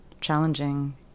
challenging